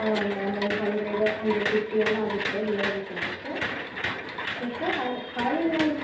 ಹಾಂ ಮ್ಯಾಮ್ ಒಂದು hundred hundred fifty ಎಲ್ಲ ಆಗುತ್ತೆ ಡಿಲೆವರಿ ಚಾರ್ಜಸು ನೆಕ್ಸ್ಟು ಹಾಲು ಹಾಲಿಂದು ಮ್ಯಾಮ್